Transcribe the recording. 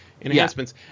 enhancements